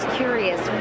curious